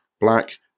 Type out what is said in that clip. black